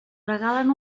regalen